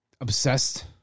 obsessed